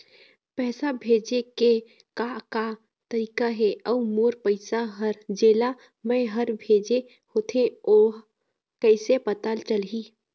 पैसा भेजे के का का तरीका हे अऊ मोर पैसा हर जेला मैं हर भेजे होथे ओ कैसे पता चलही?